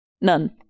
None